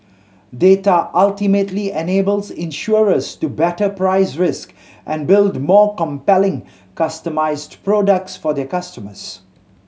data ultimately enables insurers to better price risk and build more compelling customised products for their customers